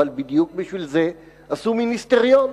אבל בדיוק בשביל זה עשו מיניסטריון,